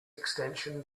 extension